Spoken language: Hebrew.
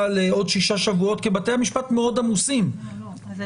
לעוד 6 שבועות כי בתי המשפט מאוד עמוסים --- התובנות